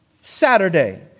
Saturday